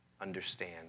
understand